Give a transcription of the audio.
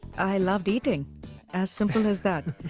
i loved eating as simple as that.